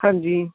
ਹਾਂਜੀ